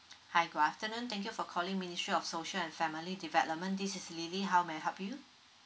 hi good afternoon thank you for calling ministry of social and family development this is lily how may I help you